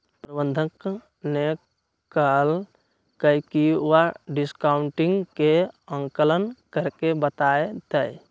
प्रबंधक ने कहल कई की वह डिस्काउंटिंग के आंकलन करके बतय तय